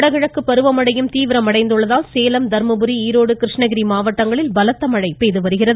வடகிழக்கு பருவமழையும் தீவிரமடைந்துள்ளதால் சேலம் தர்மபுரி ஈரோடு கிருஷ்ணகிரி மாவட்டங்களில் பலத்த மழை பெய்து வருகிறது